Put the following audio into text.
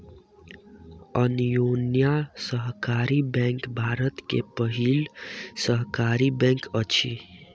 अन्योन्या सहकारी बैंक भारत के पहिल सहकारी बैंक अछि